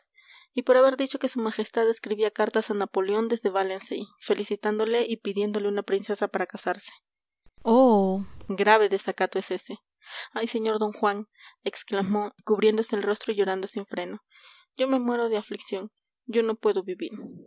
y por haber dicho que su majestad escribía cartas a napoleón desde valencey felicitándole y pidiéndole una princesa para casarse oh grave desacato es ese ay sr d juan exclamó cubriéndose el rostro y llorando sin freno yo me muero de aflicción yo no puedo vivir